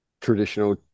traditional